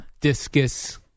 discus